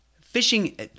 fishing